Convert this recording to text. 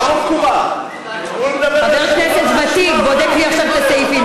לא תתערבי מתי שאת רוצה.